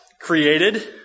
created